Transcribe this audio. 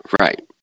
Right